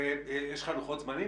ויש לך לוחות זמנים?